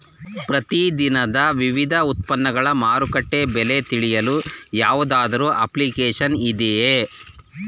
ಪ್ರತಿ ದಿನದ ವಿವಿಧ ಉತ್ಪನ್ನಗಳ ಮಾರುಕಟ್ಟೆ ಬೆಲೆ ತಿಳಿಯಲು ಯಾವುದಾದರು ಅಪ್ಲಿಕೇಶನ್ ಇದೆಯೇ?